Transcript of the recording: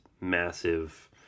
massive